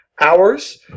hours